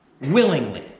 willingly